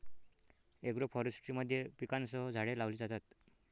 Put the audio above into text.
agroforestry मध्ये पिकांसह झाडे लावली जातात